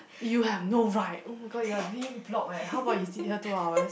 you have no right oh my god you are being blocked eh how about you sit here two hours